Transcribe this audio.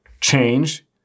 change